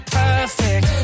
perfect